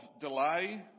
delay